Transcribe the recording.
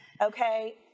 Okay